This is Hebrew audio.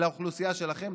לאוכלוסייה שלכם.